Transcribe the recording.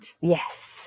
Yes